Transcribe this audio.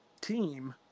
team